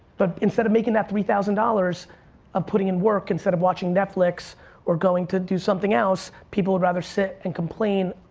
but instead of making that three thousand dollars of putting in work instead of watching netflix or going to do something else, people would rather sit and complain.